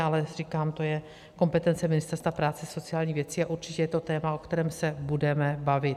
Ale říkám, že to je kompetence Ministerstva práce a sociálních věcí, a určitě je to téma, o kterém se budeme bavit.